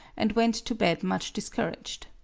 and went to bed much discouraged.